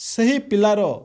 ସେହି ପିଲାର